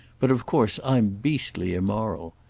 but of course i'm beastly immoral.